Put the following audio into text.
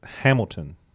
Hamilton